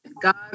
God